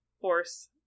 force